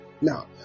Now